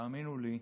תאמינו לי,